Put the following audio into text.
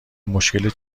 مشکل